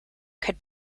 could